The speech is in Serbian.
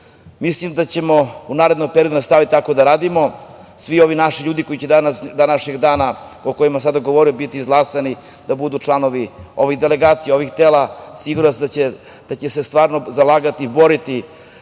da ćemo u narednom periodu tako nastaviti da radimo. Svi ovi naši ljudi koji će do današnjeg dana, o kojima se sada govori, biti izglasani, da budu članovi ovih delegacija i ovih tela i siguran sam da će se stvarno zalagati i boriti